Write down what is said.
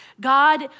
God